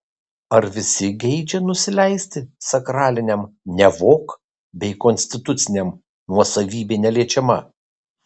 ar visi geidžia nusileisti sakraliniam nevok bei konstituciniam nuosavybė neliečiama